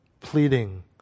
pleading